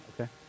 okay